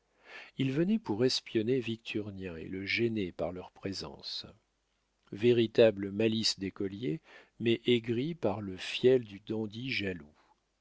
ils venaient pour espionner victurnien et le gêner par leur présence véritable malice d'écolier mais aigrie par le fiel du dandy jaloux